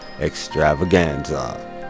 Extravaganza